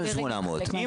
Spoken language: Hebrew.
אם